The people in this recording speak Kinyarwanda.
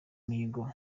imihigo